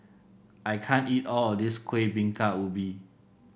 I can't eat all of this Kueh Bingka Ubi